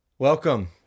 Welcome